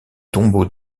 tombeau